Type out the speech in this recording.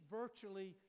virtually